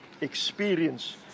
experience